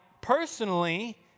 personally